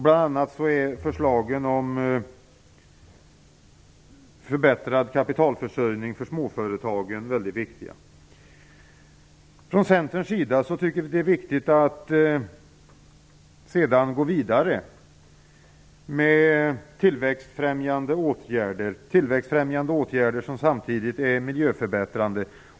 Bl.a. är förslagen om förbättrad kapitalförsörjning för småföretagen mycket viktiga. Från Centerns sida tycker vi att det är viktigt att sedan gå vidare med tillväxtfrämjande åtgärder som samtidigt är miljöförbättrande.